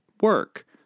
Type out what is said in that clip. work